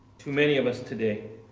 too many of us today